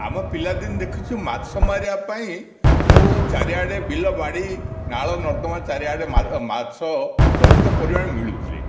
ଆମେ ପିଲାଦିନେ ଦେଖିଛୁ ମାଛ ମାରିବା ପାଇଁ ସବୁ ଚାରିଆଡ଼େ ବିଲବାଡ଼ି ନାଳନର୍ଦ୍ଦମା ଚାରିଆଡ଼େ ମାଛ ପ୍ରଚୁର ପରିମାଣରେ ମିଳୁଥିଲେ